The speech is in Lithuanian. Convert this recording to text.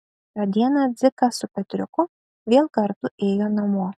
tą dieną dzikas su petriuku vėl kartu ėjo namo